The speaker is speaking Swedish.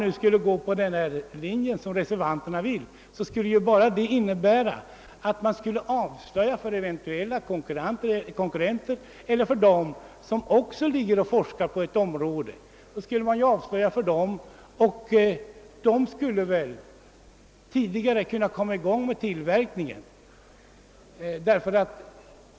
Utskottets linje innebär att ASSI:s planer skulle avslöjas för eventuella konkurrenter, som på så sätt tidigare skulle kunna komma i gång med en egen produktion på samma område.